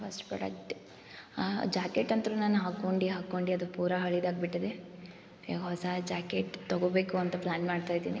first product jacket ಅಂತು ನಾನು ಹಾಕೊಂಡು ಹಾಕೊಂಡು ಅದು ಪೂರ ಹಳೇದಾಗಿ ಬಿಟ್ಟಿದೆ ಈಗ ಹೊಸ ಜಾಕೆಟ್ ತಗೋಬೇಕು ಅಂತ ಪ್ಲ್ಯಾನ್ ಮಾಡ್ತ ಇದೀನಿ